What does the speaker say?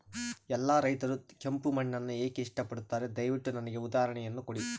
ಎಲ್ಲಾ ರೈತರು ಕೆಂಪು ಮಣ್ಣನ್ನು ಏಕೆ ಇಷ್ಟಪಡುತ್ತಾರೆ ದಯವಿಟ್ಟು ನನಗೆ ಉದಾಹರಣೆಯನ್ನ ಕೊಡಿ?